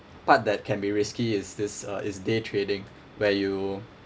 part that can be risky is this uh is day trading where you